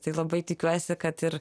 tai labai tikiuosi kad ir